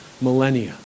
millennia